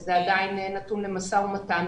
וזה עדיין נתון למשא ומתן.